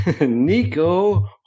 Nico